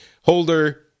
holder